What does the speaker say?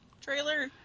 trailer